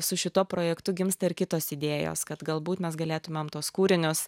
su šituo projektu gimsta ir kitos idėjos kad galbūt mes galėtumėm tuos kūrinius